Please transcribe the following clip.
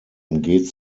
umgeht